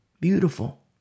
beautiful